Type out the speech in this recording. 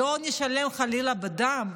ולא נשלם חלילה בדם.